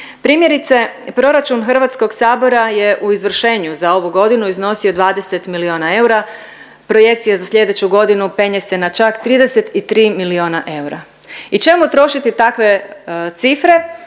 Primjerice proračun Hrvatskog sabora je u izvršenju za ovu godinu iznosio 20 milijona eura. Projekcija za sljedeću godinu penje se na čak 33 milijona eura. I čemu trošiti takve cifre